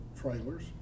trailers